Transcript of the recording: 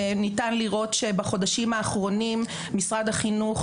ניתן לראות שבחודשים האחרונים משרד החינוך